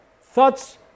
Thoughts